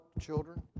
children